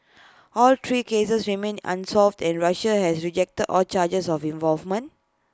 all three cases remain unsolved and Russia has rejected all charges of involvement